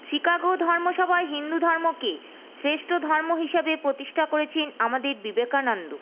Chicago ধর্ম সভায় হিন্দু ধর্মকে শ্রেষ্ঠ ধর্ম হিসাবে প্রতিষ্ঠা করেছেন আমাদের বিবেকানন্দ